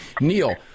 Neil